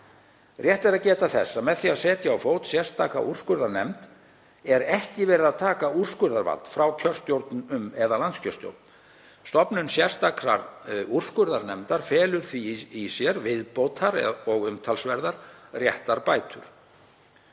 Rétt er að geta þess að með því að setja á fót sérstaka úrskurðarnefnd er ekki verið að taka úrskurðarvald frá kjörstjórnum eða landskjörstjórn. Stofnun sérstakrar úrskurðarnefndar felur því í sér viðbótar og umtalsverðar réttarbætur.